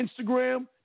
Instagram